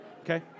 Okay